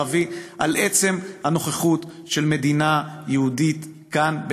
זה סכסוך ישראלי ערבי על עצם הנוכחות של מדינה יהודית כאן,